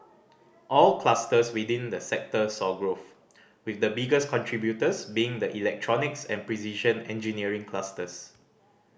all clusters within the sector saw growth with the biggest contributors being the electronics and precision engineering clusters